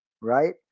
right